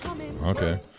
Okay